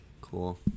Cool